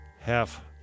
Half